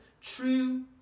true